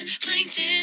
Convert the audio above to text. plankton